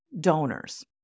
donors